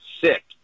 sick